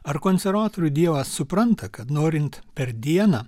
ar konservatorių dievas supranta kad norint per dieną